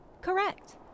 Correct